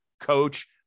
coach